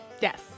Yes